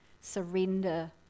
surrender